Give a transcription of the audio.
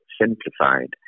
Simplified